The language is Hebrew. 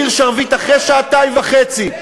העביר שרביט אחרי שעתיים וחצי.